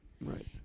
Right